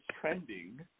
trending